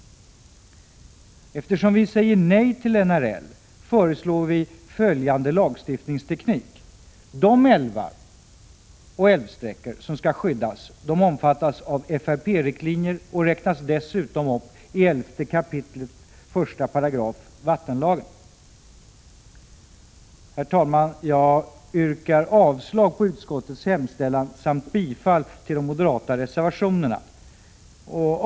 Eftersom vi säger nej till NRL föreslår vi följande lagstiftningsteknik: De älvar och älvsträckor som skall skyddas omfattas av FRP-riktlinjer och räknas dessutom upp i 11 kap. 1 § vattenlagen. Herr talman! Jag yrkar avslag på utskottets hemställan samt bifall till de moderata reservationerna.